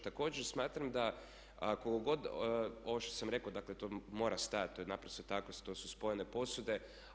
Također smatram da koliko god ovo što sam rekao, dakle to mora stajati, to je naprosto tako, to su spojene posude.